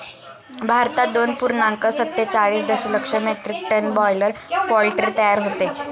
भारतात दोन पूर्णांक सत्तेचाळीस दशलक्ष मेट्रिक टन बॉयलर पोल्ट्री तयार होते